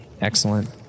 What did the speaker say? Excellent